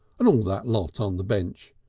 and all that lot on the bench?